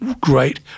great